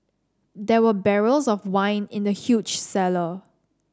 there were barrels of wine in the huge cellar